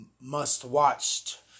must-watched